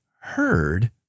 heard